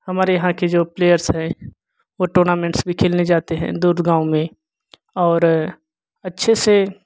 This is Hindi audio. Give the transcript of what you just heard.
हमारे यहाँ के जो प्लेयर्स है वो टोनामेंट्स भी खेलने जाते है दूर गाँव में और अच्छे से